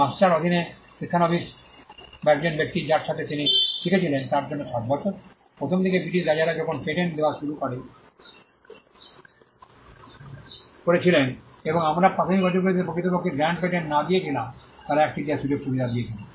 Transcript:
যে মাস্টার অধীনে শিক্ষানবিশ বা একজন ব্যক্তি যার সাথে তিনি শিখেছিলেন তার জন্য 7 বছর প্রথমদিকে ব্রিটিশ রাজারা যখন পেটেন্ট দেওয়া শুরু করেছিলেন এবং আমরা প্রাথমিক বছরগুলিতে প্রকৃতপক্ষে গ্র্যান্ড পেটেন্ট না দিয়েছিলাম তারা একচেটিয়া সুযোগ সুবিধা দিয়েছিল